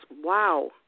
wow